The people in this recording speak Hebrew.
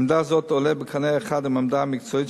עמדה זאת עולה בקנה אחד עם העמדה המקצועית